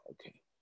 Okay